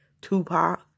Tupac